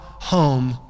Home